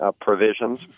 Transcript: provisions